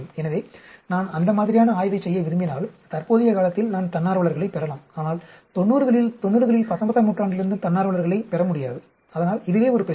எனவே நான் அந்த மாதிரியான ஆய்வைச் செய்ய விரும்பினால் தற்போதைய காலத்தில் நான் தன்னார்வலர்களைப் பெறலாம் ஆனால் 90களில் 90களில் 19 ஆம் நூற்றாண்டிலிருந்து தன்னார்வலர்களைப் பெற முடியாது அதனால் இதுவே ஒரு பிரச்சினை